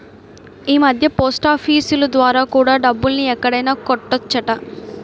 ఈమధ్య పోస్టాఫీసులు ద్వారా కూడా డబ్బుల్ని ఎక్కడైనా కట్టొచ్చట